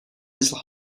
his